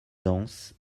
dense